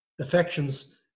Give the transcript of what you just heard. affections